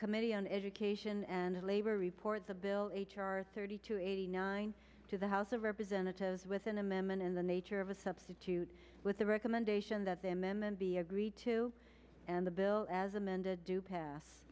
committee on education and labor reports a bill h r thirty two eighty nine to the house of representatives with an amendment in the nature of a substitute with the recommendation that the amendment be agreed to and the bill as amended to pass